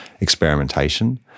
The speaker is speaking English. experimentation